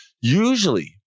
Usually